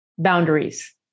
boundaries